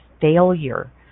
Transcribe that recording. failure